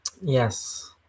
Yes